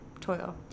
toil